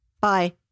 Bye